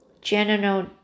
general